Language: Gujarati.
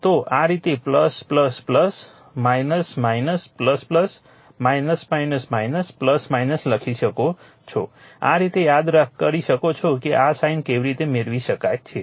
તો આ રીતે લખી શકો છો આ રીતે યાદ કરી શકો છો કે આ સાઇન કેવી રીતે મેળવી શકાય છે